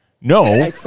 No